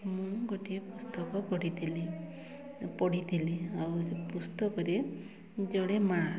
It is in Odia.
ମୁଁ ଗୋଟିଏ ପୁସ୍ତକ ପଢ଼ିଥିଲି ପଢ଼ିଥିଲି ଆଉ ସେ ପୁସ୍ତକରେ ଜଣେ ମାଆ